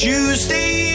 Tuesday